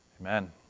Amen